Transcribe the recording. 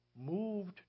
moved